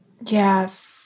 Yes